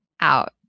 out